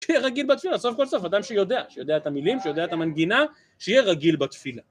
שיהיה רגיל בתפילה, סוף כל סוף, אדם שיודע, שיודע את המילים, שיודע את המנגינה, שיהיה רגיל בתפילה.